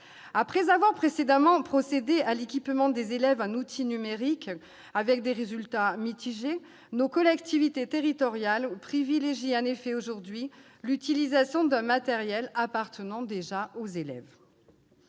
après avoir procédé à l'équipement des élèves en outils numériques, avec des résultats mitigés, nos collectivités territoriales privilégient aujourd'hui l'utilisation d'un matériel appartenant déjà aux élèves.